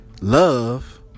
Love